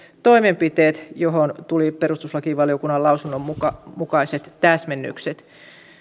toimenpiteet joihin tuli perustuslakivaliokunnan lausunnon mukaiset täsmennykset